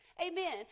amen